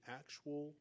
actual